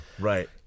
Right